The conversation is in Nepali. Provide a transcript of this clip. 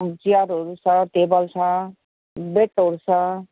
चेयरहरू छ टेबल छ बेडहरू छ